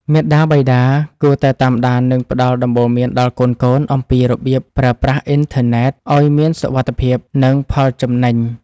មាតាបិតាគួរតែតាមដាននិងផ្ដល់ដំបូន្មានដល់កូនៗអំពីរបៀបប្រើប្រាស់អ៊ីនធឺណិតឱ្យមានសុវត្ថិភាពនិងផលចំណេញ។